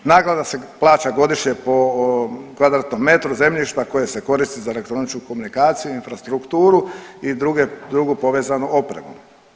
Naknada se plaća godišnje po kvadratnom metru zemljišta koje se koristi za elektroničku komunikaciju i infrastrukturu i drugu povezanu opremu.